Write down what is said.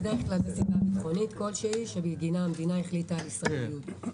בדרך כלל מסיבה ביטחונית כלשהי שבגינה המדינה החליטה על ישראליות.